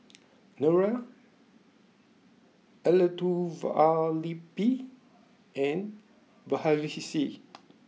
Niraj Elattuvalapil and Verghese